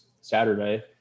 Saturday